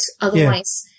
otherwise